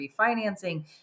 refinancing